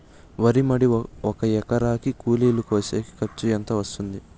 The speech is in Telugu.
వరి మడి ఒక ఎకరా కూలీలు కోసేకి ఖర్చు ఎంత వస్తుంది?